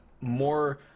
more